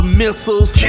missiles